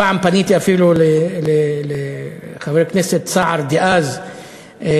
פעם פניתי אפילו לחבר הכנסת דאז סער,